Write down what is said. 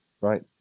right